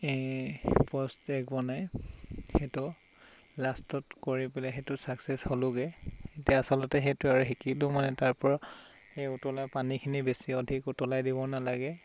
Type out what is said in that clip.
poached egg বনাই সেইটো লাষ্টত কৰি পেলাই সেইটোত ছাক্সেছ হ'লোঁগৈ এতিয়া আচলতে সেইটোৱে আৰু শিকিলোঁ মানে তাৰ পৰা সেই উতলা পানীখিনি বেছি অধিক উতলাই দিব নেলাগে